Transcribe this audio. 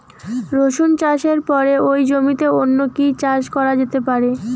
রসুন চাষের পরে ওই জমিতে অন্য কি চাষ করা যেতে পারে?